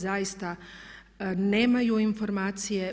Zaista nemaju informacije.